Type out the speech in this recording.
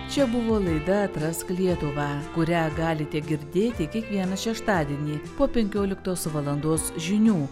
čia buvo laida atrask lietuvą kurią galite girdėti kiekvieną šeštadienį po penkioliktos valandos žinių